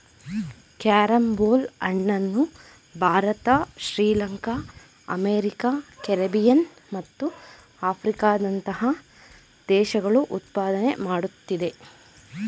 carrom ಬೋಲ್ ಹಣ್ಣನ್ನು Bharat Sri Lanka America Caribbean ಮತ್ತು ಆಫ್ರಿಕಾದಂತಹ ದೇಶಗಳು ಉತ್ಪಾದನೆ ಮಾಡುತ್ತಿದೆ